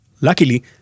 Luckily